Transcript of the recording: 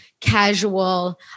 casual